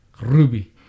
Ruby